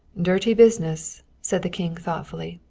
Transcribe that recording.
dirty business! said the king thoughtfully.